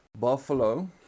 buffalo